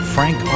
Frank